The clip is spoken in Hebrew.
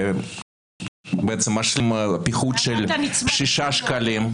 ובעצם משלים פיחות של 6 שקלים.